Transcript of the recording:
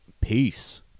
peace